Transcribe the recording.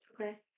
Okay